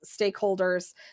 stakeholders